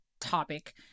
topic